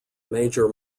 major